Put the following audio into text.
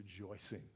rejoicing